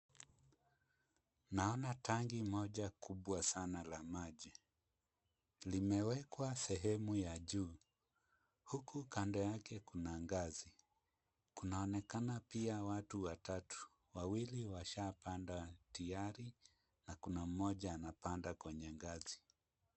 Naona tanki moja kubwa sana la maji. Limewekwa sehemu ya juu huku kando yake kuna ngazi. Kunaonekana pia watu watatu. Wawili washapanda tayari na kuna mmoja anapanda kwenye ngazi.